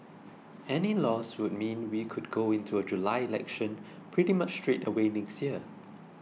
any loss would mean we could go into a July election pretty much straight away next year